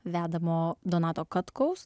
vedamo donato katkaus